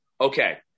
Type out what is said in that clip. okay